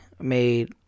made